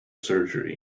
surgery